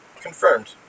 Confirmed